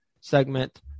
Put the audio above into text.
segment